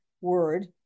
word